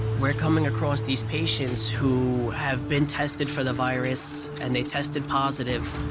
we're coming across these patients who have been tested for the virus, and they tested positive,